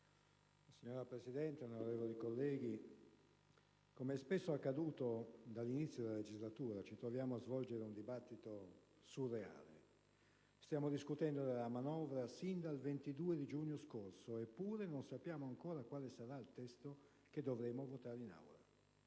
Signora Presidente, onorevoli colleghi, come è spesso accaduto dall'inizio della legislatura, ci troviamo a svolgere un dibattito un po' surreale. Stiamo discutendo della manovra sin dal 22 giugno scorso, eppure non sappiamo ancora quale sarà il testo che dovremo votare in Aula.